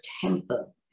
temple